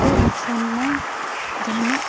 ᱠᱮ ᱱᱩᱠᱥᱟᱱᱮ ᱡᱟᱦᱟᱱᱟᱜ